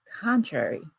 contrary